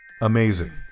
Amazing